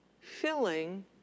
filling